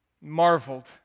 marveled